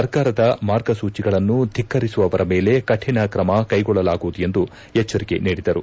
ಸರ್ಕಾರದ ಮಾರ್ಗಸೂಚಿಗಳನ್ನು ದಿಕ್ಕರಿಸುವವರ ಮೇಲೆ ಕಠಿಣ ಕ್ರಮ ಕೈಗೊಳ್ಳಲಾಗುವುದು ಎಂದು ಎಚ್ಚರಿಕೆ ನೀಡಿದರು